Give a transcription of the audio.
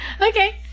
Okay